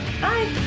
Bye